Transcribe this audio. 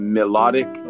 Melodic